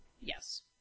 Yes